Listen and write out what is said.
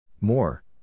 More